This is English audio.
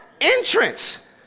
Entrance